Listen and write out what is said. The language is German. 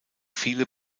viele